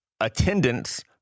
attendance